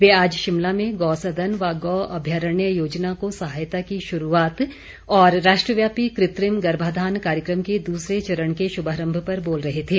वे आज शिमला में गौसदन व गौ अभ्यारण्य योजना को सहायता की शुरूआत और राष्ट्रव्यापी कृत्रिम गर्भाधान कार्यक्रम के दूसरे चरण के शुभारम्भ पर बोल रहे थे